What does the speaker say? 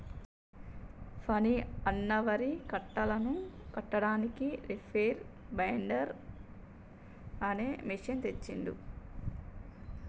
ఫణి అన్న వరి కట్టలను కట్టడానికి రీపేర్ బైండర్ అనే మెషిన్ తెచ్చిండు